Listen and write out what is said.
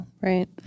Right